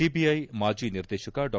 CBI ಮಾಜಿ ನಿರ್ದೇಶಕ ಡಾ